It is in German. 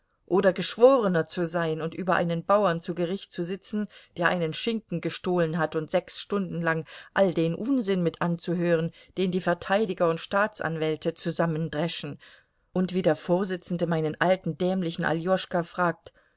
oder geschworener zu sein und über einen bauern zu gericht zu sitzen der einen schinken gestohlen hat und sechs stunden lang all den unsinn mit anzuhören den die verteidiger und staatsanwälte zusammendreschen und wie der vorsitzende meinen alten dämlichen aljoschka fragt